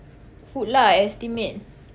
food lah estimate